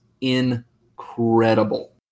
incredible